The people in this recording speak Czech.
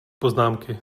poznámky